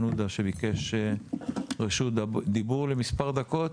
עודה שביקש רשות דיבור למספר דקות.